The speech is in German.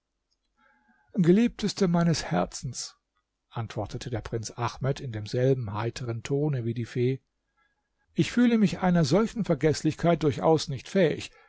geliebteste meines herzens antwortete der prinz ahmed in demselben heiteren tone wie die fee ich fühle mich einer solchen vergeßlichkeit durchaus nicht fähig